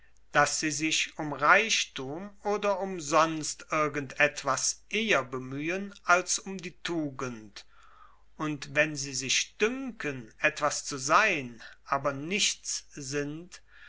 daß sie sich um reichtum oder um sonst irgend etwas eher bemühen als um die tugend und wenn sie sich dünken etwas zu sein aber nichts sind